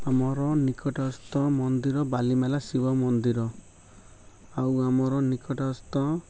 ଆମର ନିକଟସ୍ଥ ମନ୍ଦିର ବାଲିମେଳା ଶିବ ମନ୍ଦିର ଆଉ ଆମର ନିକଟସ୍ଥ